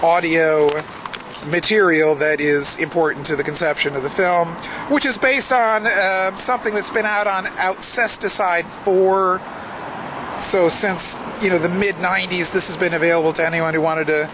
audio material that is important to the conception of the film which is based on something that's been out on out sest aside for so since you know the mid ninety's this is been available to anyone who wanted to